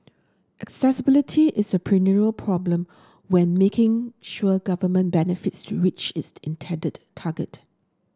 accessibility is a perennial problem when making sure government benefits to reach its intended target